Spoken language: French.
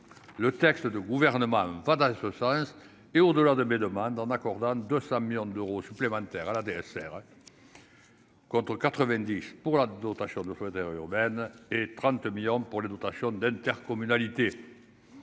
le texte de gouvernement va dans ce sens et au-delà de mes demandes en accordant 200 millions d'euros supplémentaires à la DSR, contre 90 pour la dotation urbaine et 30 millions pour la dotation d'intercommunalité,